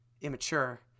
immature